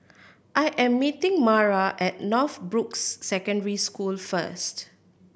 I am meeting Mara at Northbrooks Secondary School first